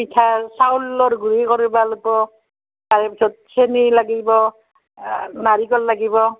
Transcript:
পিঠা চাউলৰ গুৰি কৰিব লাগিব তাৰে পিছত চেনি লাগিব নাৰিকল লাগিব